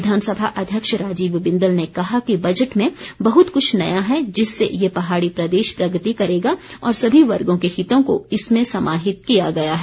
विधानसभा अध्यक्ष राजीव बिंदल ने कहा कि बजट में बहुत कुछ नया है जिससे ये पहाड़ी प्रदेश प्रगति करेगा और सभी वर्गों के हितों को इसमें समाहित किया गया है